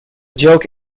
joke